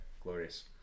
glorious